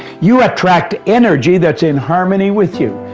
you attract energy that's in harmony with you.